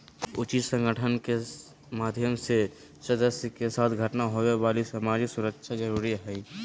उचित संगठन के माध्यम से सदस्य के साथ घटना होवे वाली सामाजिक सुरक्षा जरुरी हइ